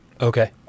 Okay